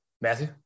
Matthew